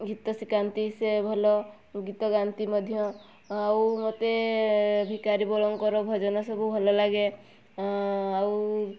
ଗୀତ ଶିଖାନ୍ତି ସେ ଭଲ ଗୀତ ଗାଆନ୍ତି ମଧ୍ୟ ଆଉ ମୋତେ ଭିକାରୀ ବଳଙ୍କର ଭଜନ ସବୁ ଭଲ ଲାଗେ ଆଉ